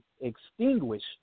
extinguish